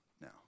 now